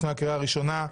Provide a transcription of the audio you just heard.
לפני הקריאה הראשונה.